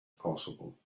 possible